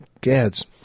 Gads